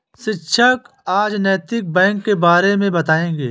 शिक्षक आज नैतिक बैंक के बारे मे बताएँगे